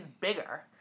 bigger